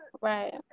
Right